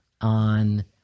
on